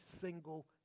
single